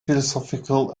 philosophical